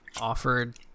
offered